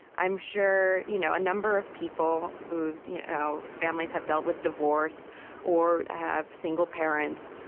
i'm sure you know a number of people whose you know families have dealt with divorce or have single parents,